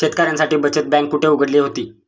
शेतकऱ्यांसाठी बचत बँक कुठे उघडली होती?